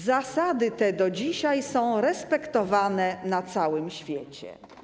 Zasady te do dzisiaj są respektowane na całym świecie.